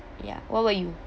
ya what about you